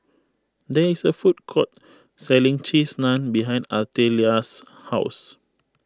there is a food court selling Cheese Naan behind Artelia's house